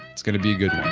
it's going to be a good